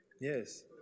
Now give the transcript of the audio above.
Yes